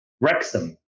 Wrexham